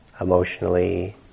emotionally